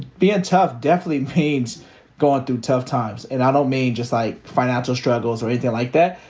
being tough definitely means going through tough times. and i don't mean just like financial struggles or anything like that,